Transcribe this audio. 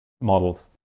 models